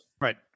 Right